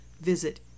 Visit